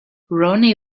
ronnie